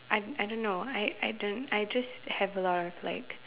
I I don't know I I don't I just have a lot of like